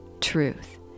Truth